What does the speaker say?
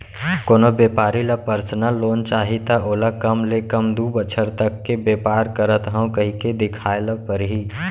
कोनो बेपारी ल परसनल लोन चाही त ओला कम ले कम दू बछर तक के बेपार करत हँव कहिके देखाए ल परही